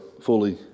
fully